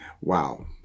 Wow